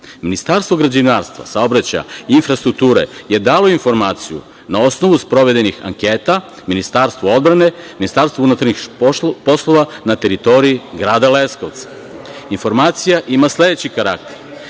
uslovima. Ministarstvo građevinarstva, saobraćaja i infrastrukture je dalo informaciju na osnovu sprovedenih anketa Ministarstvu odbrane, Ministarstvu unutrašnjih poslova na teritoriji Grada Leskovca. Informacija ima sledeći karakter,